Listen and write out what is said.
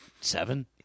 Seven